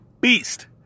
Beast